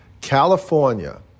California